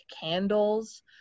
candles